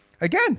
again